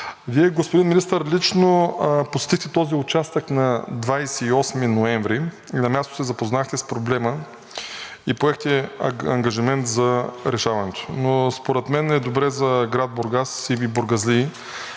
Вие, господин Министър, лично посетихте този участък на 28 ноември и на място се запознахте с проблема, и поехте ангажимент за решаването му. Според мен е добре за град Бургас и бургазлии